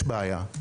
יש בעיה.